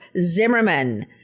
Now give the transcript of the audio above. Zimmerman